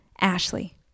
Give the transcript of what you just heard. Ashley